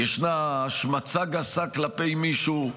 או שישנה השמצה גסה כלפי מישהו,